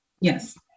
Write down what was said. Yes